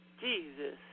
Jesus